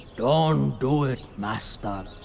don't do it, master.